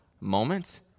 moments